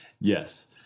yes